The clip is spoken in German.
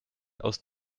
aus